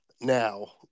now